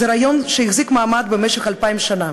זה רעיון שהחזיק מעמד במשך אלפיים שנה,